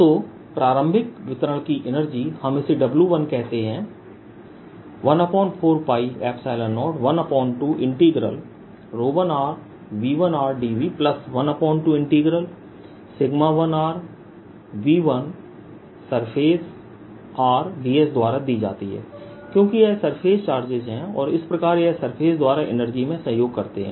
1r2r1rf2 10≤f≤1 V1rV2rV1rf2 10≤f≤1 तो प्रारंभिक वितरण की एनर्जी हम इसे W1 कहते हैं 14π0121rV1rdV121rV1surfacerds द्वारा दी जाती है क्योंकि यह सरफेस चार्जेस हैं और इस प्रकार यह सरफेस के द्वारा एनर्जी में सहयोग करते हैं